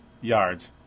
yards